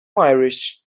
irish